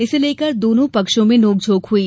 इसे लेकर दोनों पक्षों में नोकझोंक हुई